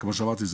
כמו שאמרתי,